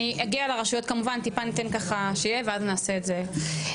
אני אגיע לרשויות כמובן טיפה ניתן ככה שיהיה ואז נעשה את זה.